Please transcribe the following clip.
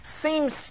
seems